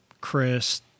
Chris